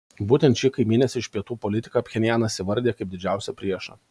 būtent šį kaimynės iš pietų politiką pchenjanas įvardija kaip didžiausią priešą